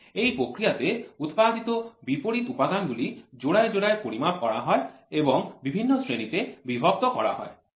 এই প্রক্রিয়াতে উৎপাদিত বিপরীত উপাদানগুলি জোড়ায় জোড়ায় পরিমাপ করা হয় এবং বিভিন্ন শ্রেণীতে বিভক্ত করা হয় ঠিক আছে